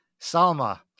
Salma